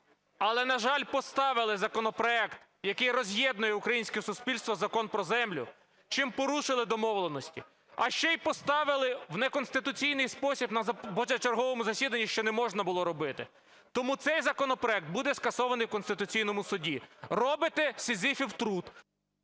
Але, на жаль, поставили законопроект, який роз'єднує українське суспільство – Закон про землю, чим порушили домовленості. А ще й поставили в неконституційний спосіб на позачерговому засіданні, що не можна було робити. Тому цей законопроект буде скасовано в Конституційному Суді. Робите сізіфів труд.